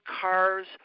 cars